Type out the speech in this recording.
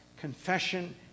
confession